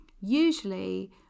Usually